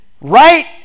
right